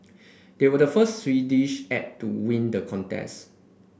they were the first Swedish act to win the contest